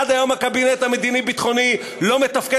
עד היום הקבינט המדיני-ביטחוני לא מתפקד